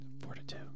four-to-two